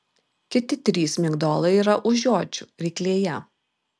kiti trys migdolai yra už žiočių ryklėje